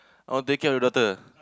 I want take care of the daughter